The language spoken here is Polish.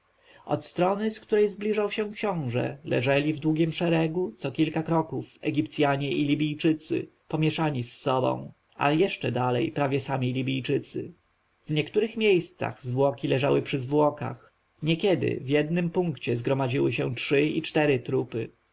od strony z której zbliżał się książę leżeli w długim szeregu co kilka kroków egipcjanie i libijczycy pomieszani z sobą a jeszcze dalej prawie sami libijczycy w niektórych miejscach zwłoki leżały przy zwłokach niekiedy w jednym punkcie zgromadziły się trzy i cztery trupy